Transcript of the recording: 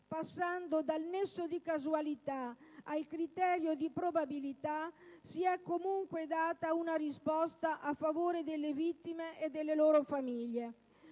passando dal nesso di causalità al criterio di probabilità, si è comunque data una risposta a favore delle vittime e delle loro famiglie,